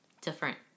different